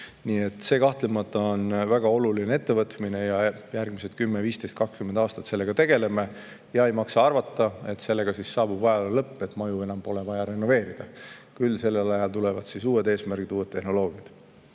See kahtlemata on väga oluline ettevõtmine ja järgmised 10, 15 või 20 aastat sellega tegeleme. Ei maksa arvata, et sellega saabub siis ajaloo lõpp, nii et maju enam pole vaja renoveerida. Küll sellel ajal tulevad uued eesmärgid, uus tehnoloogia